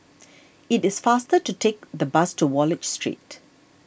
it is faster to take the bus to Wallich Street